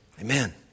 amen